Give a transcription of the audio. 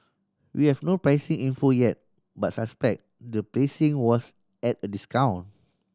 we have no pricing info yet but suspect the placing was at a discount